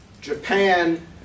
Japan